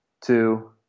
two